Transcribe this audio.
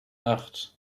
acht